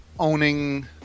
owning